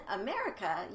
America